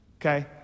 Okay